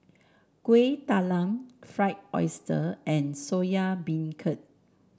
Kuih Talam Fried Oyster and Soya Beancurd